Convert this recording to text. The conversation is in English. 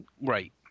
Right